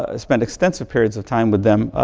ah spend extensive periods of time with them,